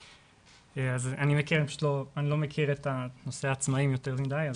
אני לא מכיר את נושא העצמאים יותר מדיי.